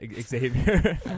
Xavier